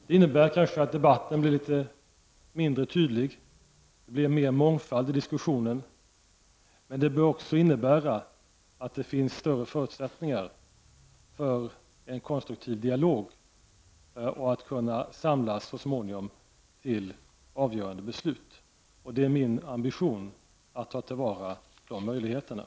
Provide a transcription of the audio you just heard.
Det innebär att debatten blir litet mindre tydlig, att det blir mer av mångfald i diskussionen, men det bör också innebära att det finns större förutsättningar för att föra en konstruktiv dialog och för att så småningom kunna samlas till avgörande beslut. Det är min ambition att ta till vara de möjligheterna.